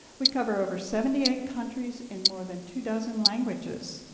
we cover over seventy eight countries in more than two dozen languages.